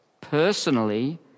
personally